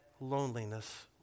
loneliness